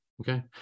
Okay